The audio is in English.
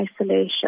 isolation